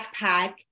backpack